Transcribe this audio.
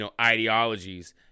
ideologies